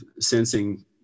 sensing